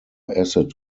acid